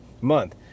month